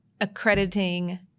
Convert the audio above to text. accrediting